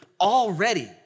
already